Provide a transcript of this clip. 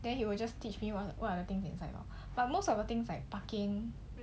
then he will just teach me what what are the things inside lor but most of the things like parking